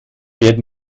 werden